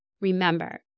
Remember